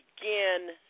begin